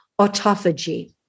autophagy